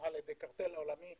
שמנוהל על-ידי קרטל עולמי